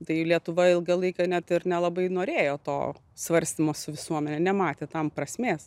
tai lietuva ilgą laiką net ir nelabai norėjo to svarstymo su visuomene nematė tam prasmės